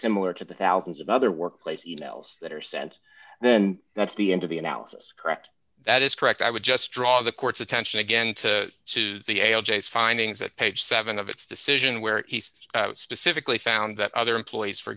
similar to the thousands of other workplace e mails that are sent then that's the end of the analysis correct that is correct i would just draw the court's attention again to to the a l j findings that page seven of its decision where he's specifically found that other employees for